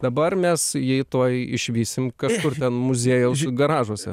dabar mes jį tuoj išvysim kažkur ten muziejaus garažuose